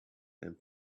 and